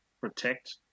protect